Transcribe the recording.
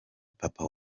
papa